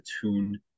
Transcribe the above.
tune